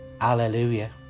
hallelujah